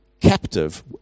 captive